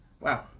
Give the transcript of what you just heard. Wow